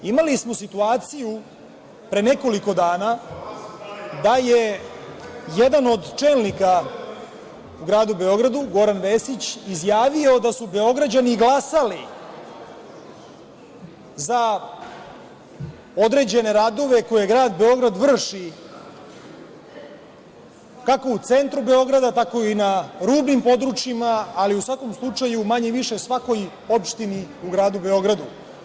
Imali smo situaciju pre nekoliko dana da je jedan od čelnika u gradu Beogradu, Goran Vesić, izjavio da su Beograđani glasali za određene radove koje grad Beograd vrši kako u centru Beograda, tako i na rubnim područjima, ali u svakom slučaju manje više u svakoj opštini u gradu Beogradu.